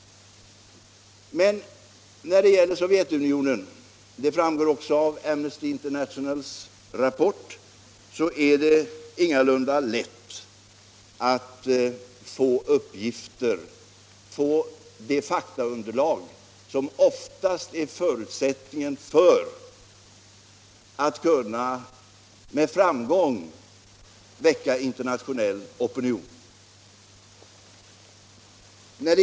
Men i fråga om Sovjetunionen — det framgår också av Amnesty Internationals rapport — är det ingalunda lätt att få det faktaunderlag som oftast är förutsättningen för att kunna med framgång väcka internationell opinion.